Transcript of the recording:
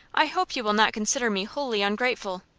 i hope you will not consider me wholly ungrateful.